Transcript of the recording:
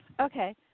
Okay